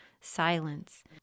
silence